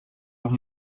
los